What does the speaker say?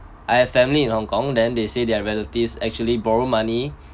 I have family in hong kong then they say their relatives actually borrow money